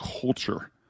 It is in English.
culture